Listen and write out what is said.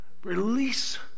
Release